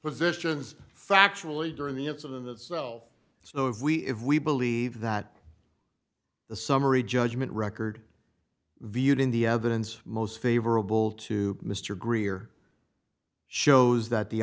positions factually during the incident itself so if we if we believe that the summary judgment record viewed in the evidence most favorable to mr greer shows that the